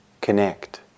connect